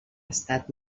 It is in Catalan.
estat